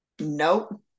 Nope